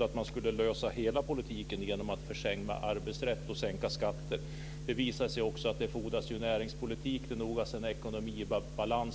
att man trodde att hela politiken skulle lösas genom försämrad arbetsrätt och sänkta skatter. Men det visade sig ju att det också fordras en näringspolitik samt en ekonomisk balans.